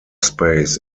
space